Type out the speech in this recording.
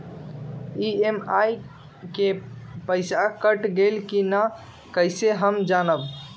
EMI के पईसा cut गेलक कि ना कइसे हम जानब?